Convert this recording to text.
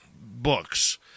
books